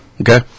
Okay